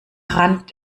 rand